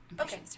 Okay